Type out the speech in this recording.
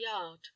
yard